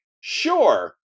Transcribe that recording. sure